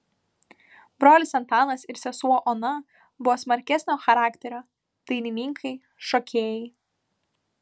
brolis antanas ir sesuo ona buvo smarkesnio charakterio dainininkai šokėjai